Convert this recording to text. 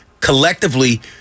collectively